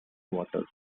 waters